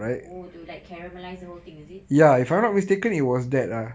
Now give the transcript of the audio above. oh to like caramelized the whole thing ah is it